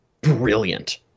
brilliant